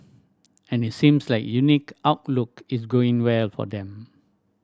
and it seems like unique outlook is going well for them